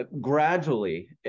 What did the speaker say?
gradually